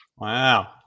Wow